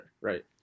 right